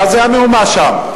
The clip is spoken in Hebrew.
מה המהומה שם?